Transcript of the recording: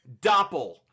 Doppel